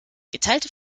geteilte